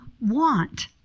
want